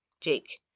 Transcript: Jake